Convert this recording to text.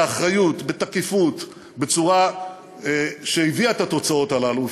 באחריות, בתקיפות, בצורה שהביאה את התוצאות הללו.